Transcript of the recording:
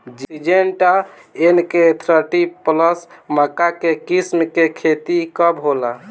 Syngenta NK thirty plus मक्का के किस्म के खेती कब होला?